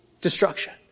destruction